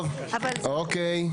טוב, אוקיי.